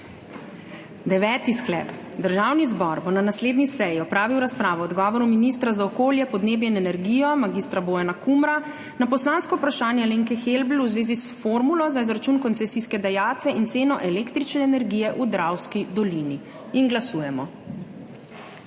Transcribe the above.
Deveti sklep: Državni zbor bo na naslednji seji opravil razpravo o odgovoru ministra za okolje, podnebje in energijo mag. Bojana Kumra na poslansko vprašanje Alenke Helbl v zvezi s formulo za izračun koncesijske dajatve in ceno električne energije v Dravski dolini. Glasujemo.